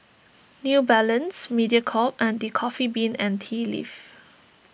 New Balance Mediacorp and the Coffee Bean and Tea Leaf